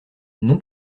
non